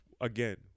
again